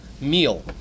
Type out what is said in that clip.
meal